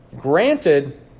Granted